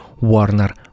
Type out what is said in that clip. Warner